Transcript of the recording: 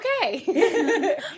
Okay